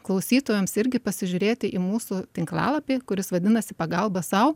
klausytojams irgi pasižiūrėti į mūsų tinklalapį kuris vadinasi pagalba sau